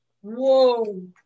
Whoa